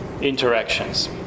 interactions